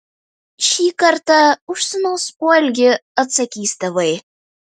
šį kartą už sūnaus poelgį atsakys tėvai